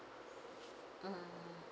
mm